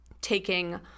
taking